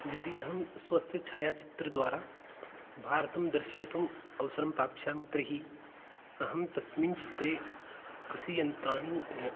यदि अहं स्वस्य छायाचित्रद्वारा भारतं दर्शयितुम् अवसरं प्राप्स्यामि तर्हि अहं तस्मिन् चित्रे कृषियन्त्राणि